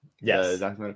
Yes